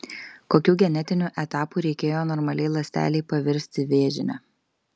kokių genetinių etapų reikėjo normaliai ląstelei pavirsti vėžine